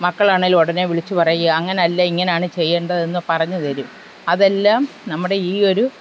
മക്കളാണെങ്കിലും ഉടനെ വിളിച്ച് പറയുക അങ്ങനെയല്ല ഇങ്ങനെയാണ് ചെയ്യേണ്ടതെന്ന് പറഞ്ഞു തരും അതെല്ലാം നമ്മുടെ ഈ ഒരു